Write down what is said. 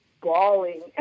bawling